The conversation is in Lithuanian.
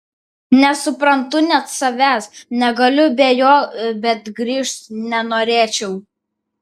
nesuprantu net savęs negaliu be jo bet grįžt nenorėčiau